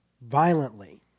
violently